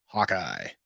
Hawkeye